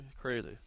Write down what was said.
Crazy